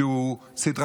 כי הוא סדרתי.